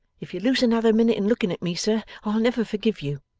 if you lose another minute in looking at me, sir, i'll never forgive you